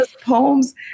poems